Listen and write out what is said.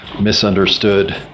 misunderstood